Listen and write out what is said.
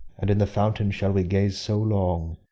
and in the fountain shall we gaze so long,